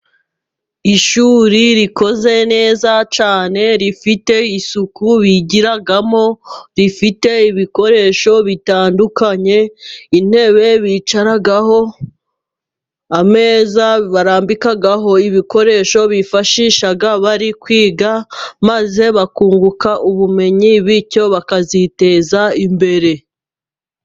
Ishuri rikoze neza cyane rifite isuku bigiramo, rifite ibikoresho bitandukanye, intebe bicaraho, ameza barambikaho ibikoresho bifashisha bari kwiga, maze bakunguka ubumenyi bityo bakaziteza imbere.